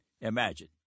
imagine